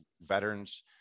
veterans